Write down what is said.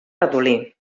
ratolí